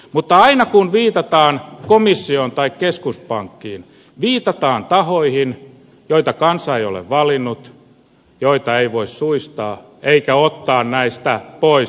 mutta aina kun viitataan komissioon tai keskuspankkiin viitataan tahoihin joita kansa ei ole valinnut joita ei voi suistaa eikä ottaa näistä pois